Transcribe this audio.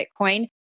bitcoin